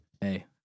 Hey